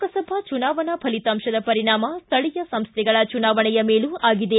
ಲೋಕಸಭಾ ಚುನಾವಣಾ ಫಲಿತಾಂಶದ ಪರಿಣಾಮ ಸ್ವಳೀಯ ಸಂಸ್ಥೆ ಚುನಾವಣೆ ಮೇಲೂ ಆಗಿದೆ